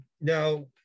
Now